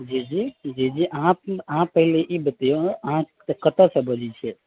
जी जी जी जी अहाँ पहिले ई बतैयौ अहाँ कतय सऽ बजै छियै